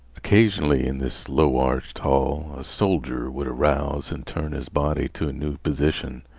occasionally, in this low-arched hall, a soldier would arouse and turn his body to a new position,